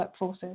workforces